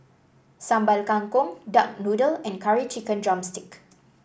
Sambal Kangkong Duck Noodle and Curry Chicken drumstick